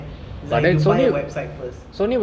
it's like if you buy a website first